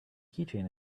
keychain